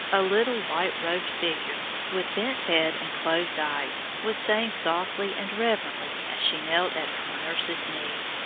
a little white-robed figure, with bent head and closed eyes, was saying softly and reverently as she knelt at her nurse's knee